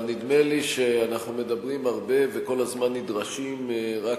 אבל נדמה לי שאנחנו מדברים הרבה וכל הזמן נדרשים רק